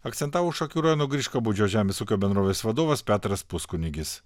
akcentavo šakių rajono griškabūdžio žemės ūkio bendrovės vadovas petras puskunigis